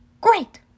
Great